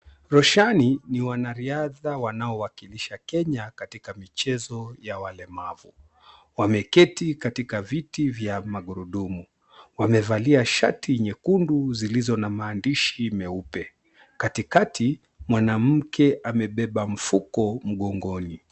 Roshani ni wanariadha wanaowakilisha Kenya katika michezo ya walemavu. Wameketi katika viti vya magurudumu. Wamevalia shati nyekundu zilizo na maandishi meupe. Katikati mwanamke amebeba mfuko mgongoni.